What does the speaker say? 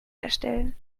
erstellen